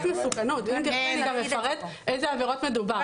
מסוכנות ואפשר לפרט באילו עבירות מדובר.